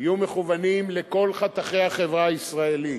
יהיו מכוונים לכל חתכי החברה הישראלית,